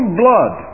blood